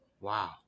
Wow